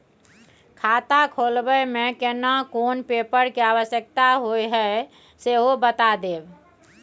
खाता खोलैबय में केना कोन पेपर के आवश्यकता होए हैं सेहो बता देब?